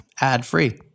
ad-free